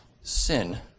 sin